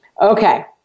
Okay